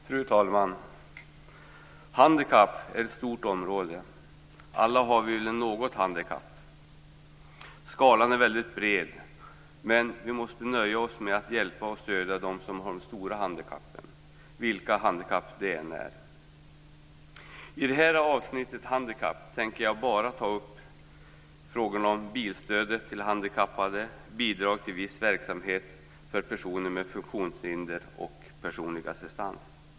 Fru talman! Handikapp är ett stort område. Alla har vi väl något handikapp. Skalan är väldigt bred, men vi måste nöja oss med att hjälpa och stödja dem som har de stora handikappen, vilka dessa än är. Jag kommer i avsnittet Handikapp bara ta upp frågorna om bilstöd till handikappade, bidrag till viss verksamhet för personer med funktionshinder och personlig assistans.